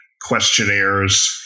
questionnaires